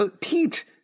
Pete